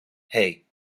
hey